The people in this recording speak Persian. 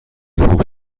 خوب